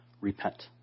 Repent